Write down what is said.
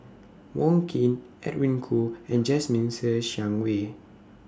Wong Keen Edwin Koo and Jasmine Ser Xiang Wei